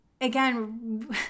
again